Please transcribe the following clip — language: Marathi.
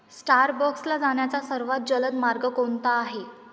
स्टारबक्सला जाण्याचा सर्वात जलद मार्ग कोणता आहे